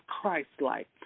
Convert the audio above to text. Christ-like